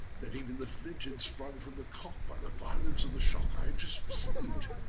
that even the flint had sprung from the cock by the violence of the shock i had just received.